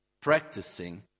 Practicing